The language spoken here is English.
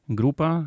grupa